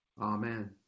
Amen